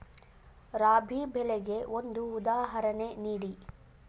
ರಾಬಿ ಬೆಳೆಗೆ ಒಂದು ಉದಾಹರಣೆ ನೀಡಿ